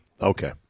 Okay